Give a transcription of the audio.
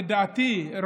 לדעתי,